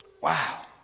Wow